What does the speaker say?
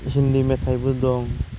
हिन्दी मेथाइबो दं